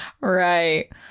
right